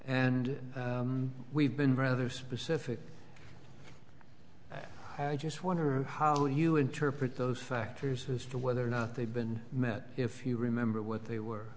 and we've been rather specific i just wonder how you interpret those factors as to whether or not they've been met if you remember what they were